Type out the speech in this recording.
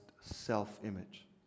self-image